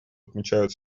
отмечают